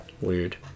weird